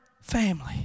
family